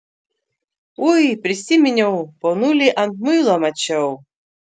ui prisiminiau ponulį ant muilo mačiau